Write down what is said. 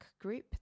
group